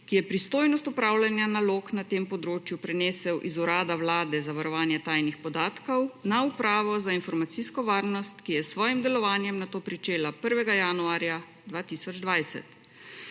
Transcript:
ki je pristojnost upravljanja nalog na tem področju prenesel iz Urada Vlade za varovanje tajnih podatkov, na Upravo za informacijsko varnost, ki je s svojim delovanjem nato pričela 1. januarja 2020.